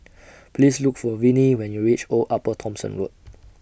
Please Look For Vinie when YOU REACH Old Upper Thomson Road